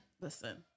Listen